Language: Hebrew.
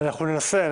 ננסה.